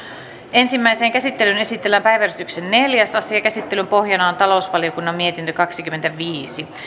ensimmäiseen käsittelyyn esitellään päiväjärjestyksen neljäs asia käsittelyn pohjana on talousvaliokunnan mietintö kaksikymmentäviisi